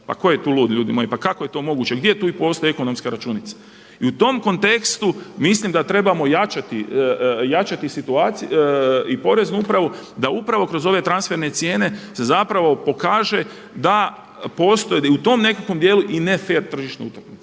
Pa tko je tu lud ljudi moji? Pa kako je to moguće? Gdje tu postoji ekonomska računica? I u tom kontekstu mislim da trebamo jačati i Poreznu upravu da upravo kroz ove transferne cijene se zapravo pokaže da postoji i u tom nekakvom dijelu i ne fer tržišna utakmica,